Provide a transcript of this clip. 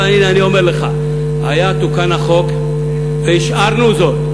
אבל הנה אני אומר לך, תוקן החוק והשארנו זאת,